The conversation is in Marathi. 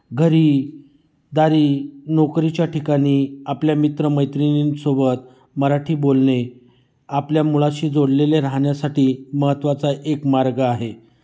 घरीदारी नोकरीच्या ठिकाणी आपल्या मित्र मैत्रिणींसोबत मराठी बोलणे आपल्या मुळाशी जोडलेले राहण्यासाठी महत्त्वाचा एक मार्ग आहे